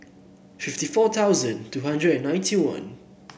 fifty four thousand two hundred and ninety one